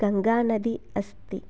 गङ्गा नदी अस्ति